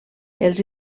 els